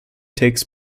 takes